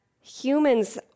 humans